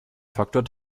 faktor